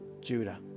Judah